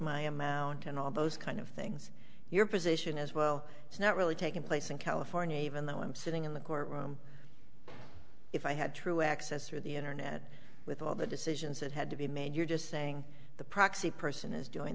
my amount and all those kind of things your position as well is not really taking place in california even though i'm sitting in the court room if i had true access through the internet with all the decisions that had to be made you're just saying the proxy person is doing